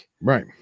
right